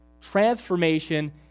Transformation